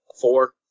Four